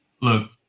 look